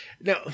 now